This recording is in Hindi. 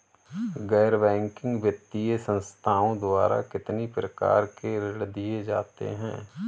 गैर बैंकिंग वित्तीय संस्थाओं द्वारा कितनी प्रकार के ऋण दिए जाते हैं?